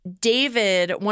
David